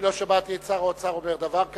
אני לא שמעתי את שר האוצר אומר דבר כזה,